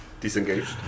Disengaged